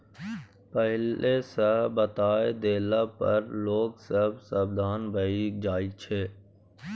पहिले सँ बताए देला पर लोग सब सबधान भए जाइ छै